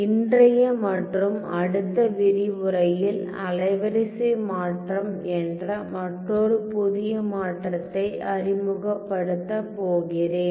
இன்றைய மற்றும் அடுத்த விரிவுரையில் அலைவரிசை மாற்றம் என்ற மற்றொரு புதிய மாற்றத்தை அறிமுகப்படுத்தப் போகிறேன்